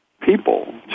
people